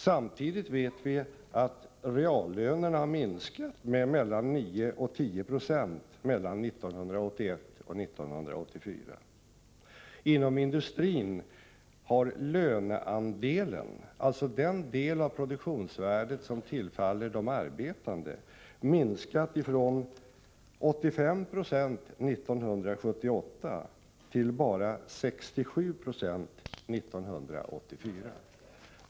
Samtidigt vet vi att reallönerna har minskat med mellan 9 och 10 90 åren 1981-1984. Inom industrin har löneandelen, dvs. den del av produktionsvärdet som tillfaller de arbetande, minskat från 85 96 år 1978 till bara 67 90 år 1984.